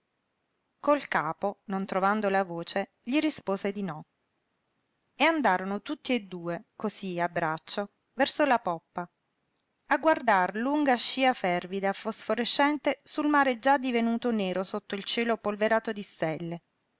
col capo non trovando la voce gli rispose di no e andarono tutti e due cosí a braccio verso la poppa a guardar lunga scia fervida fosforescente sul mare già divenuto nero sotto il cielo polverato di stelle